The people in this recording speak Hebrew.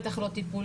בטח לא טיפוליות,